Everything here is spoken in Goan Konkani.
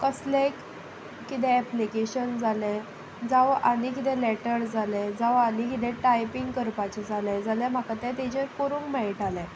कसलें कितें एप्लिकेशन जालें जावं आनी कितें लेटर जालें जावं आनी कितेें टायपींग करपाचें जालें जाल्यार म्हाका तें ताचेर करूंक मेळटालें